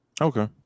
Okay